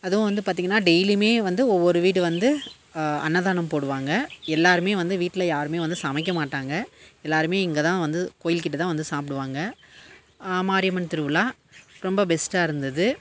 அதுவும் வந்து பார்த்திங்கனா டெய்லியுமே வந்து ஒவ்வொரு வீடு வந்து அன்னதானம் போடுவாங்கள் எல்லாருமே வந்து வீட்டில யாருமே வந்து சமைக்க மாட்டாங்கள் எல்லாருமே இங்கே தான் வந்து கோயில்கிட்ட தான் வந்து சாப்பிடுவாங்க மாரியம்மன் திருவிழா ரொம்ப பெஸ்ட்டாக இருந்தது